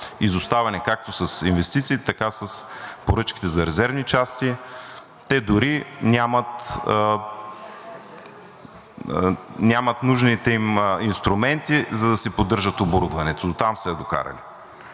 изоставане както с инвестиции, така и с поръчките за резервни части. Те дори нямат нужните им инструменти, за да си поддържат оборудването. Дотам са я докарали!